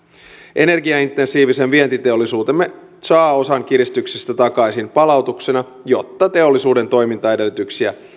energiaintensiivinen vientiteollisuutemme saa osan kiristyksestä takaisin palautuksena jotta teollisuuden toimintaedellytyksiä